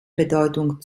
bedeutung